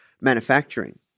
manufacturing